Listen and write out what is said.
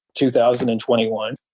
2021